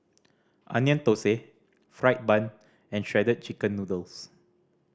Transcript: Onion Thosai fried bun and Shredded Chicken Noodles